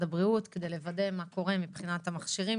הבריאות כדי לוודא מה קורה מבחינת המכשירים,